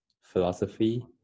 philosophy